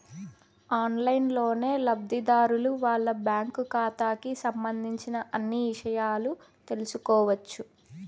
ఆన్లైన్లోనే లబ్ధిదారులు వాళ్ళ బ్యాంకు ఖాతాకి సంబంధించిన అన్ని ఇషయాలు తెలుసుకోవచ్చు